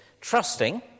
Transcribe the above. trusting